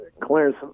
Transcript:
Clarence